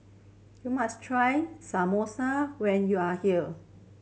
you must try Samosa when you are here